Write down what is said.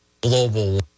global